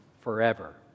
forever